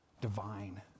divine